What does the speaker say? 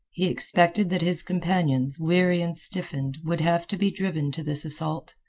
he expected that his companions, weary and stiffened, would have to be driven to this assault,